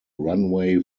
runway